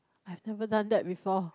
I've never done that before